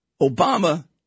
Obama